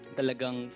talagang